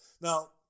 Now